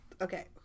Okay